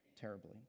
terribly